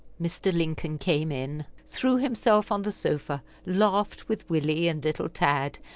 mr. lincoln came in, threw himself on the sofa, laughed with willie and little tad,